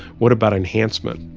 what about enhancement?